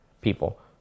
People